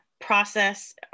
process